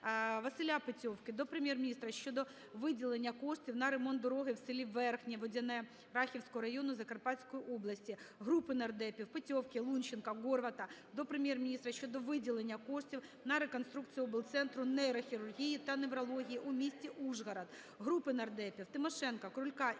ВасиляПетьовки до Прем'єр-міністра щодо коштів на ремонт дороги у селі Верхнє Водяне Рахівського району Закарпатської області. Групи нардепів (Петьовки, Лунченка, Горвата) до Прем'єр-міністра щодо виділення коштів на реконструкцію облцентру нейрохірургії та неврології у місті Ужгород. Групи нардепів (Тимошенко, Крулька,